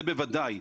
זה בוודאי,